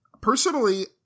Personally